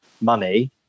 money